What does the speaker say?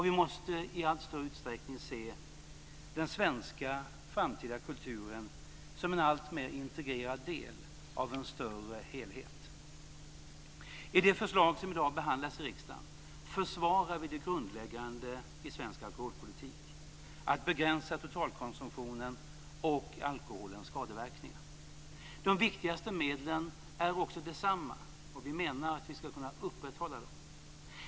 Vi måste också i allt större utsträckning se den svenska framtida kulturen som en alltmer integrerad del av en större helhet. I det förslag som i dag behandlas i riksdagen försvarar vi det grundläggande i svensk alkoholpolitik: att begränsa totalkonsumtionen och alkoholens skadeverkningar. De viktigaste medlen är också desamma, och vi menar att vi ska kunna upprätthålla dem.